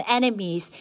enemies